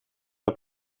het